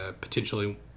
potentially